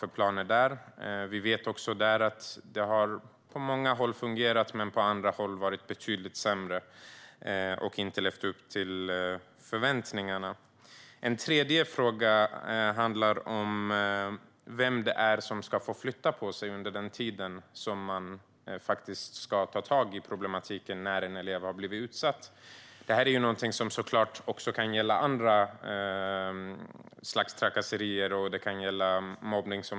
Vi vet att det också där har fungerat på många håll, men att det har varit betydligt sämre på andra håll. Man har inte levt upp till förväntningarna. Den tredje frågan handlar om vem som ska flytta på sig under tiden efter att en elev har blivit utsatt och man tar tag i problematiken. Det kan såklart gälla andra trakasserier också, till exempel mobbning.